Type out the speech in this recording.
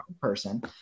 person